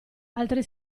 altre